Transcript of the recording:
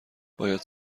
باید